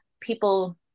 people